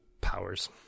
powers